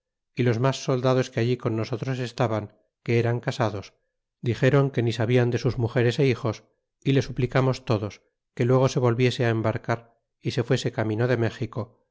y los mas soldados que allí con nosotros estaban que eran casados dixéron que ni sabian de sus mugeres é hijos y le suplicamos todos que luego se volviese á embarcar y se fuese camino de méxico